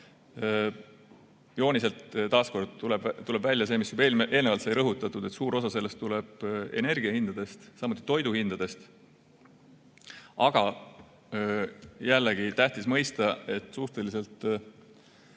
Jooniselt tuleb taas kord välja see, mida juba eelnevalt sai rõhutatud: et suur osa sellest tuleneb energiahindadest, samuti toiduhindadest. Aga jällegi on tähtis mõista, et suhteliselt